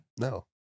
No